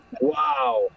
Wow